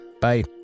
Bye